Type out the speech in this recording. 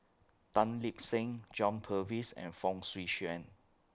Tan Lip Seng John Purvis and Fong Swee Suan